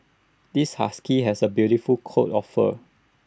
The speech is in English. this husky has A beautiful coat of fur